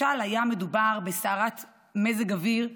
משל היה מדובר בסערת מזג אוויר שחלפה.